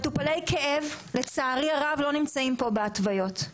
מטופלי כאב, לצערי הרב, לא נמצאים פה בהתוויות.